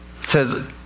says